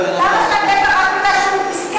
רק כי הוא מסכן,